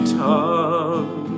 tongue